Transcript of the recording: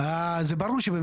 זאת אומרת שגם